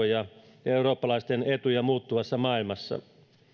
ja eurooppalaisten etuja muuttuvassa maailmassa